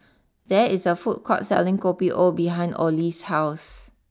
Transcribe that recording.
there is a food court selling Kopi O behind Olie's house